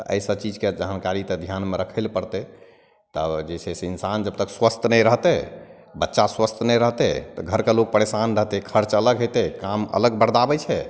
एहि सबचीजके जानकारी तऽ धिआनमे राखैलए पड़तै तब जे छै से इन्सान जबतक स्वस्थ नहि रहतै बच्चा स्वस्थ नहि रहतै तऽ घरके लोक परेशान रहतै खर्च अलग हेतै काम अलग बरदाबै छै